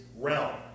realm